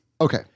Okay